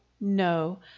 No